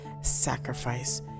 sacrifice